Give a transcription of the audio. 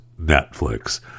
Netflix